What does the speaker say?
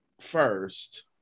first